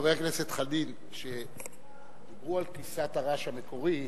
חבר הכנסת חנין, כשדיברו על כבשת הרש המקורית,